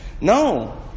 No